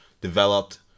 developed